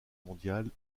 mondiale